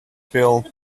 phil